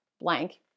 blank